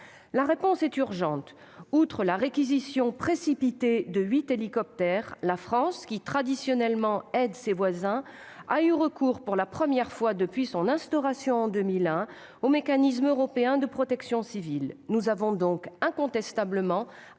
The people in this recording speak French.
de manière urgente. Outre la réquisition précipitée de huit hélicoptères, la France, qui traditionnellement aide ses voisins, a eu recours, pour la première fois depuis son instauration en 2001, au mécanisme européen de protection civile. Nous avons donc incontestablement